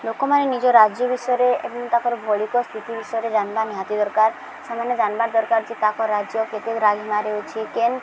ଲୋକମାନେ ନିଜ ରାଜ୍ୟ ବିଷୟରେ ଏବଂ ତାଙ୍କର ଭୌଗଳିକ ସ୍ଥିତି ବିଷୟରେ ଜାନବା ନିହାତି ଦରକାର ସେମାନେ ଯାନବାର୍ ଦରକାର ଯେ ତାଙ୍କର ରାଜ୍ୟ କେତେ ରାଜମାରେ ଅଛି କେନ୍